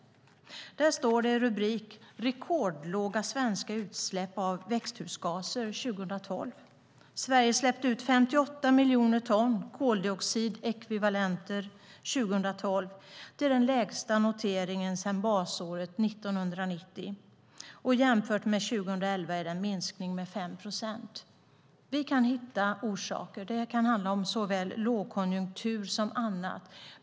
Under rubriken Rekordlåga utsläpp 2012 kan man läsa att Sverige släppte ut 58 miljoner ton koldioxidekvivalenter 2012. Det är den lägsta noteringen sedan basåret 1990. Jämfört med 2011 är det en minskning med 5 procent. Vi kan hitta orsaker. Det kan handla om såväl lågkonjunktur som annat.